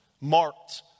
marked